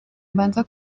mbanza